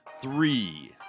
three